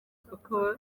kuko